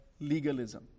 legalism